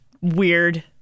Weird